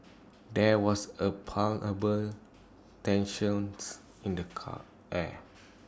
there was A palpable tensions in the car air